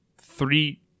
three